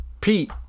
Pete